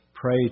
Pray